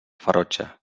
ferotge